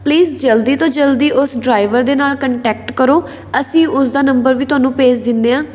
please ਜਲਦੀ ਤੋਂ ਜਲਦੀ ਉਸ ਡਰਾਈਵਰ ਦੇ ਨਾਲ ਕੰਟੈਕਟ ਕਰੋ ਅਸੀਂ ਉਸਦਾ ਨੰਬਰ ਵੀ ਤੁਹਾਨੂੰ ਭੇਜ ਦਿੰਦੇ ਹਾਂ